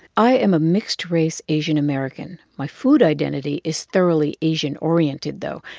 i am a mixed race asian-american. my food identity is thoroughly asian-oriented, though.